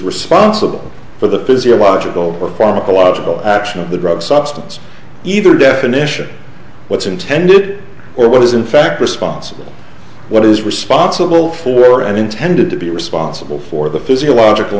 responsible for the physiological or pharmacological action of the drug substance either definition what's intended or what is in fact responsible for what is responsible for and intended to be responsible for the physiological